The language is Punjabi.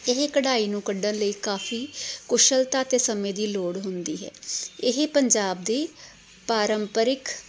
ਇਹ ਕਢਾਈ ਨੂੰ ਕੱਢਣ ਲਈ ਕਾਫ਼ੀ ਕੁਸ਼ਲਤਾ ਅਤੇ ਸਮੇਂ ਦੀ ਲੋੜ ਹੁੰਦੀ ਹੈ ਇਹ ਪੰਜਾਬ ਦੀ ਪਾਰੰਪਰਿਕ